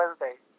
Wednesday